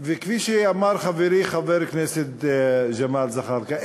וכפי שאמר חברי חבר הכנסת ג'מאל זחאלקה,